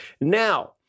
Now